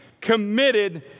committed